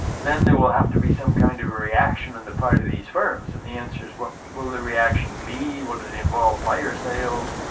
then there will have to be some kind of a reaction on the part of these firms. and the answer is what will the reaction be, will it it involve fire sales,